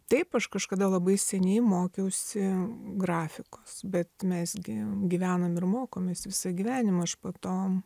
taip aš kažkada labai seniai mokiausi grafikos bet mes gi gyvenam ir mokomės visą gyvenimą aš po to